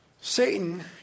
Satan